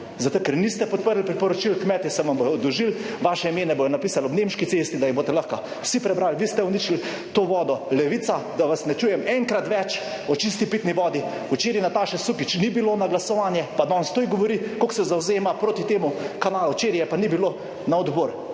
zato, ker niste podprli priporočil. Kmetje se vam bodo oddolžili, vaše ime ne bodo napisali ob Nemški cesti, da jih boste lahko vsi prebrali, vi ste uničili to vodo. Levica, da vas ne čujem enkrat več o čisti pitni vodi. Včeraj Nataše Sukič ni bilo na glasovanje, pa danes to govori, kako se zavzema proti temu kanalu, včeraj je pa ni bilo na odbor.